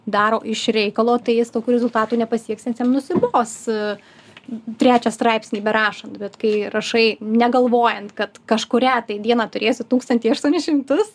daro iš reikalo tai jis tokio rezultato nepasieks nes jam nusibos trečią straipsnį berašant bet kai rašai negalvojant kad kažkurią tai dieną turėsi tūkstantį aštuonis šimtus